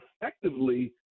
effectively